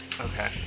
Okay